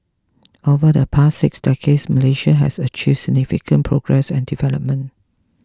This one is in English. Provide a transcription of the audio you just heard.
over the past six decades Malaysia has achieved significant progress and development